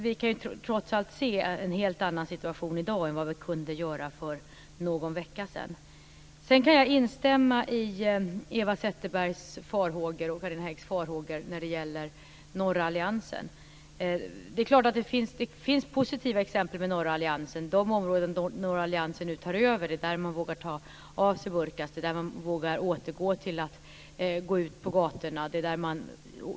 Vi kan trots allt se en helt annan situation i dag än vad vi kunde göra för någon vecka sedan. Jag kan instämma i Eva Zetterbergs och Carina Häggs farhågor när det gäller norra alliansen. Det finns positiva exempel med norra alliansen. De områden som norra alliansen nu tar över är de där man nu vågar ta av burkan, vågar återgå till att gå ut på gatorna.